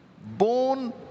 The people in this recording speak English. Born